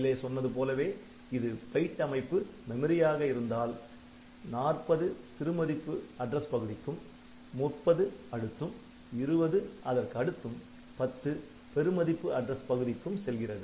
மேலே சொன்னது போலவே இது பைட் அமைப்பு மெமரி ஆக இருந்தால் 40 சிறுமதிப்பு அட்ரஸ் பகுதிக்கும் 30 அடுத்தும் 20 அதற்கடுத்தும் 10 பெருமதிப்பு அட்ரஸ் பகுதிக்கும் செல்கிறது